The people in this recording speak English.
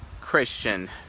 Christian